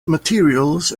materials